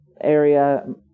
area